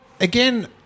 Again